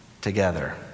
together